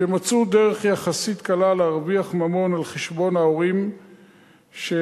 שמצאו דרך יחסית קלה להרוויח ממון על חשבון ההורים שחלקם